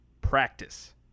practice